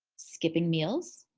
skipping meals,